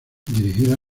dirigida